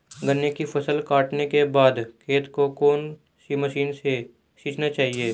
गन्ने की फसल काटने के बाद खेत को कौन सी मशीन से सींचना चाहिये?